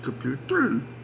computer